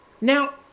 Now